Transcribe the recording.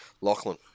Lachlan